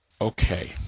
Okay